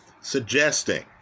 suggesting